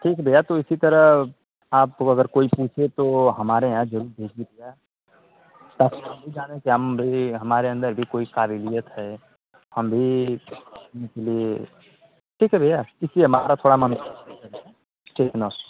ठीक है भैया तो इसी तरह आपको अगर कोई पूछे तो हमारे यहाँ जरूर भेजिए भैया ताकि हम भी जाने कि हम भी हमारे अंदर भी कोई काबिलियत है हम भी इसलिए ठीक है भैया इसलिए हमारा थोड़ा मन ठीक है नमस्ते